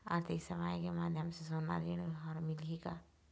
आरथिक सेवाएँ के माध्यम से सोना ऋण हर मिलही का?